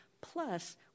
plus